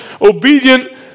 obedient